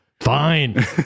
Fine